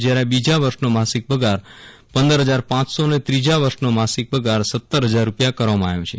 જ્યારે બીજા વર્ષનો માસિક પગાર પંદર હજાર પાંચસો અને ત્રીજા વર્ષનો માસિક પગાર સત્તર હજાર રૂપિયા કરવામાં આવ્યો છે